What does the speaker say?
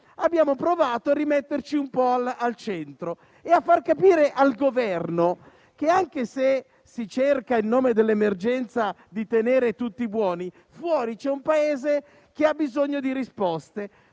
abbiamo provato a rimetterci un po' al centro e a far capire al Governo che, anche se si cerca in nome dell'emergenza di tenere tutti buoni, fuori c'è un Paese che ha bisogno di risposte.